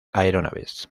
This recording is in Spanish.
aeronaves